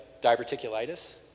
diverticulitis